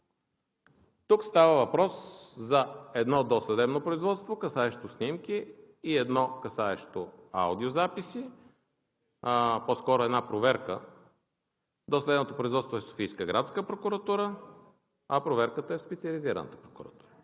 Тук става въпрос за едно досъдебно производство, касаещо снимки, и едно касаещо аудиозаписи – по-скоро една проверка. Досъдебното производство е в Софийска градска прокуратура, а проверката е в Специализираната прокуратура.